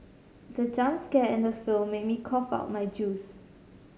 the jump scare in the film made me cough out my juice